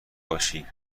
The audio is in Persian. باشی